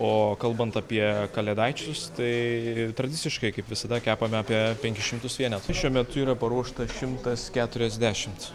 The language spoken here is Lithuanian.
o kalbant apie kalėdaičius tai tradiciškai kaip visada kepame apie penkis šimtus vienet šiuo metu yra paruošta šimtas keturiasdešimt